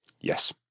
Yes